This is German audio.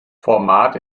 format